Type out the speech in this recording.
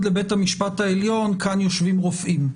לבית המשפט העליון כאן יושבים רופאים,